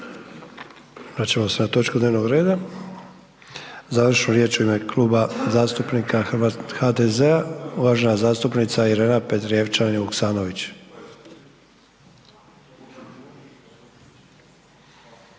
Vraćamo se na točku dnevnog reda, završnu riječ u ime Kluba zastupnika HDZ-a, uvažena Irena Petrijevčanin Vuksanović.